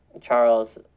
Charles